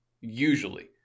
Usually